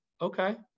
okay